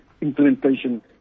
implementation